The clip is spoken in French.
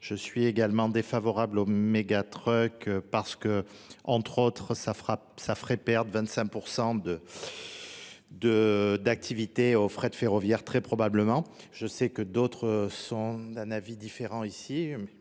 je suis également défavorable aux mégatrucks parce que entre autres ça fera sa frais perte 25% de d'activité aux frais de ferroviaire, très probablement. Je sais que d'autres sont d'un avis différent ici.